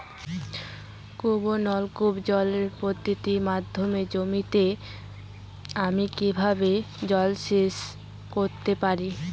কূপ ও নলকূপ জলসেচ পদ্ধতির মাধ্যমে জমিতে আমি কীভাবে জলসেচ করতে পারি?